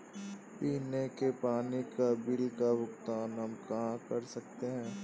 पीने के पानी का बिल का भुगतान हम कहाँ कर सकते हैं?